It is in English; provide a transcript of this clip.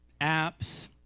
apps